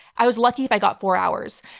i was lucky if i got four hours.